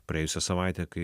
praėjusią savaitę kai